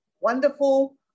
wonderful